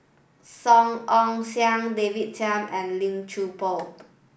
Song Ong Siang David Tham and Lim Chuan Poh